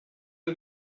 are